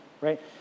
right